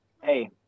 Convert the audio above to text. Hey